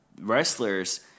wrestlers